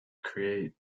create